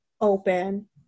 open